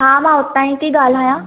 हा मां हुतां ई थी ॻाल्हाया